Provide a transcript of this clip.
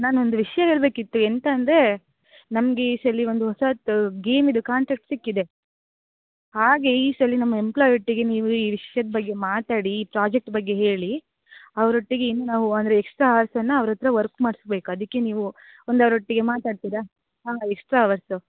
ನಾನೊಂದು ವಿಷಯ ಹೇಳಬೇಕಿತ್ತು ಎಂತ ಅಂದರೆ ನಮ್ಗೆ ಈ ಸಲ ಒಂದು ಹೊಸಾದು ಗೇಮಿಂದು ಕಾಂಟ್ರಾಕ್ಟ್ ಸಿಕ್ಕಿದೆ ಹಾಗೇ ಈ ಸಲ ನಮ್ಮ ಎಂಪ್ಲೋಯ್ ಒಟ್ಟಿಗೆ ನೀವು ಈ ವಿಷಯದ ಬಗ್ಗೆ ಮಾತಾಡಿ ಈ ಪ್ರಾಜೆಕ್ಟ್ ಬಗ್ಗೆ ಹೇಳಿ ಅವ್ರ ಒಟ್ಟಿಗೆ ಇನ್ನು ನಾವು ಅಂದರೆ ಎಕ್ಷ್ಟ್ರ ಅವರ್ಸನ್ನು ಅವ್ರ ಹತ್ತಿರ ವರ್ಕ್ ಮಾಡ್ಸ್ಬೇಕು ಅದಕ್ಕೆ ನೀವು ಒಂದು ಅವ್ರ ಒಟ್ಟಿಗೆ ಮಾತಾಡ್ತೀರಾ ಹಾಂ ಎಕ್ಷ್ಟ್ರ ಅವರ್ಸು